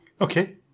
Okay